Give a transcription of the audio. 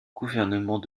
gouvernement